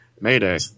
Mayday